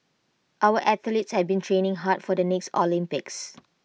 our athletes have been training hard for the next Olympics